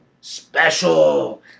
Special